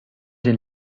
den